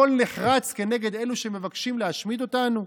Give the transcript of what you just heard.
קול נחרץ כנגד אלו שמבקשים להשמיד אותנו.